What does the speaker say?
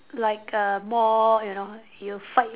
like uh more you know you fight